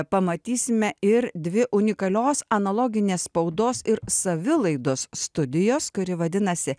pamatysime ir dvi unikalios analoginės spaudos ir savilaidos studijos kuri vadinasi